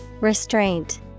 Restraint